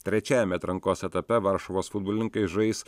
trečiajame atrankos etape varšuvos futbolininkai žais